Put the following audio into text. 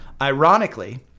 ironically